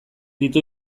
ditu